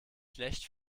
schlecht